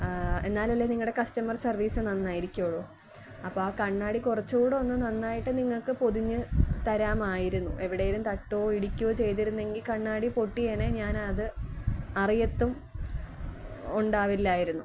എന്നാലല്ലേ നിങ്ങളുടെ customer service നന്നായിരിക്കുള്ളൂ അപ്പോള് ആ കണ്ണാടി കുറച്ചുകൂടെ ഒന്നു നന്നായിട്ട് നിങ്ങള്ക്ക് പൊതിഞ്ഞ് തരാമായിരുന്നു എവിടേലും തട്ടുകയോ ഇടിക്കുകയോ ചെയ്തിരുന്നെങ്കില് കണ്ണാടി പൊട്ടിയേനേ ഞാനത് അറിയത്തും ഉണ്ടാവില്ലായിരുന്നു